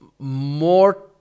more